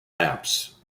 apps